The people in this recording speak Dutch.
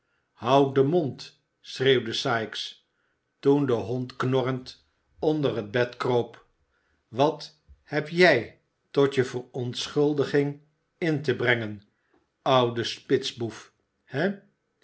houd den mond schreeuwde sikes toen de hond knorrend onder het bed kroop wat heb jij tot je verontschuldiging in te brengen oude spitsboef hé